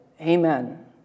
Amen